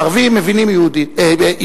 ערבים מבינים עברית.